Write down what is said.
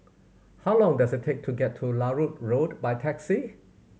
how long does it take to get to Larut Road by taxi